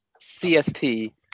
CST